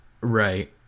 right